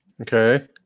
Okay